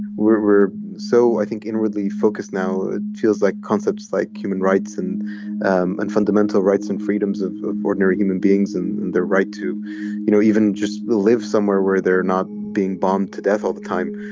we're so i think inwardly focused now ah feels like concepts like human rights and and fundamental rights and freedoms of ordinary human beings and the right to you know even just live somewhere where they're not being bombed to death all the time